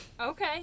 Okay